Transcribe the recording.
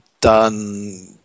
done